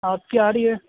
آپ کی آ رہی ہے